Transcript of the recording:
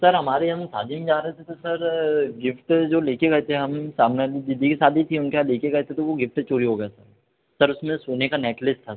sir हमारे यहाँ शादी में जा रहे थे तो सर गिफ़्ट जो ले के गए थे हम सामने वाली दीदी की शादी थी उनके यहाँ लेके गए थे तो वो गिफ़्ट चाेरी हो गया सर सर उसमें सोने का नेकलेस था